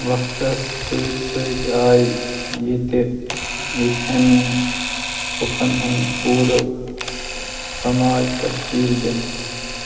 وقتس سۭتۍ سۭتۍ آیہِ ییٚتہِ یِتھٮ۪ن لوٗكن ہٕنٛدۍ پوٗرٕ سماج تشکیٖل دِنہٕ